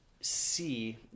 see